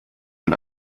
nun